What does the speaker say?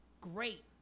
Great